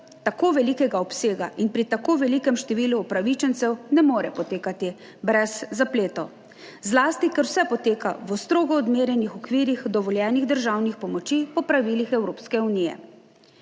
tako velikega obsega in pri tako velikem številu upravičencev ne more potekati brez zapletov, zlasti ker vse poteka v strogo odmerjenih okvirih dovoljenih državnih pomoči po pravilih Evropske unije,